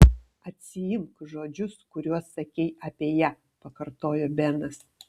atsiimk žodžius kuriuos sakei apie ją pakartojo benas